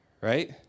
Right